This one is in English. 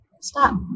Stop